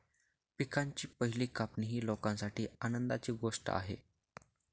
पिकांची पहिली कापणी ही लोकांसाठी आनंदाची गोष्ट आहे